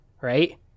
right